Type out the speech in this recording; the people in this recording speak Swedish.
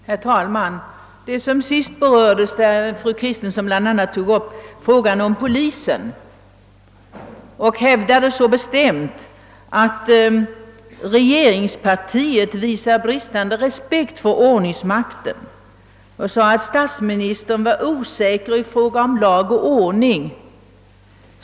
Herr talman! I slutet av sitt anförande tog fru Kristensson upp bl.a. frågan om polisen. Hon hävdade bestämt att regeringspartiet visar bristande respekt för ordningsmakten och sade att statsministern var osäker i fråga om lag och ordning.